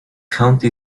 county